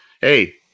hey